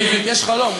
יש חלום,